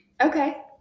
Okay